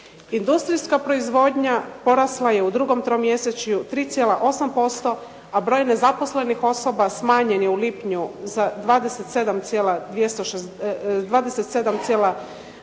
Industrijska proizvodnja porasla je u drugom tromjesečju 3,8%, a broj nezaposlenih osoba smanjen je u lipnju za 27,2000